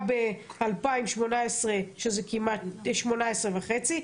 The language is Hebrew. ב-2018 זה כמעט 18.5,